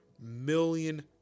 million